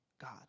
God